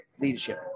leadership